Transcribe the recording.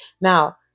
Now